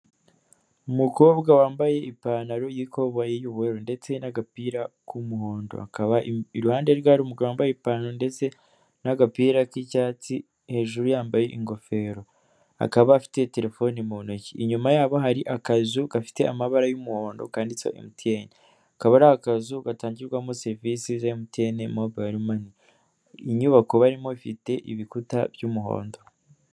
Umukobwa wambaye ipantaro y'ikoboyi y'ubururu ndetse n'agapira k'umuhondo, iruhande rwe hari umugabo wambaye ipantaro ndetse n'agapira k'icyatsi hejuru yambaye ingofero, akaba afite terefoni mu ntoki. Inyuma yabo hari akazu gafite amabara y'umuhondo kandiditseho emutiyeni, akaba ari akazu gatangirwamo serivisi za emutiyene mobayiro mani, inyubako barimo ifite ibikuta by'umuhondo.